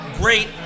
great